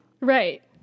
Right